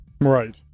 right